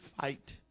fight